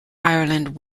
ireland